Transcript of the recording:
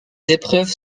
épreuves